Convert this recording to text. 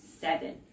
seven